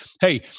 Hey